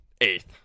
Eighth